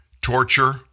torture